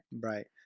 Right